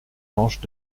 langes